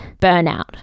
burnout